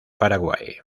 paraguay